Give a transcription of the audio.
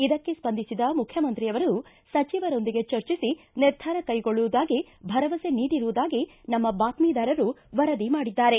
ಇದಕ್ಕೆ ಸ್ವಂದಿಸಿದ ಮುಖ್ಯಮಂತ್ರಿಯವರು ಸಚಿವರೊಂದಿಗೆ ಚರ್ಚಿಸಿ ನಿರ್ಧಾರ ಕೈಗೊಳ್ಳುವುದಾಗಿ ಭರವಸೆ ನೀಡಿರುವುದಾಗಿ ನಮ್ಮ ಬಾತ್ನೀದಾರರು ವರದಿ ಮಾಡಿದ್ದಾರೆ